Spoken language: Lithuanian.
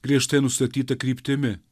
griežtai nustatyta kryptimi